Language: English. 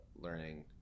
learning